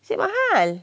mahal